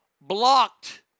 blocked